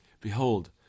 Behold